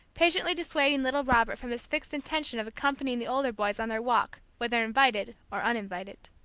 patiently dissuading little robert from his fixed intention of accompanying the older boys on their walk, whether invited or uninvited.